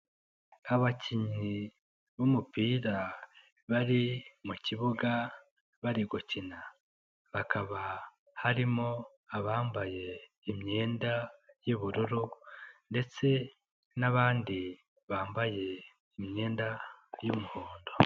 Abakinnyi b'umupira bari mu kibuga bari gukina, hakaba harimo abambaye imyenda y'ubururu ndetse n'abandi, bambaye imyenda y'umuhondo.